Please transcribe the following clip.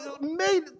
made